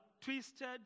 twisted